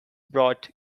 brought